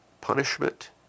punishment